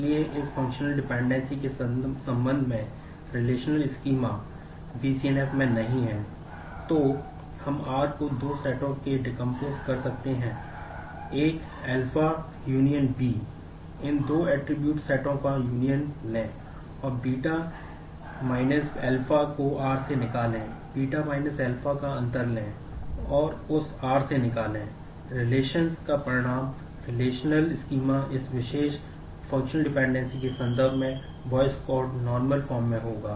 इसलिए यदि एक रिलेशनल में होगा